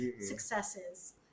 successes